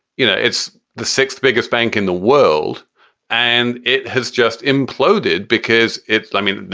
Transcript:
you know, it's the sixth biggest bank in the world and it has just imploded because it's i mean,